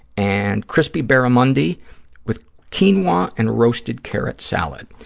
and crispy barramundi with quinoa and roasted carrot salad.